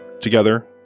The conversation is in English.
Together